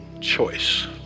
choice